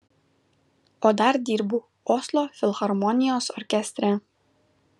o dar dirbu oslo filharmonijos orkestre